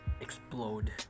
explode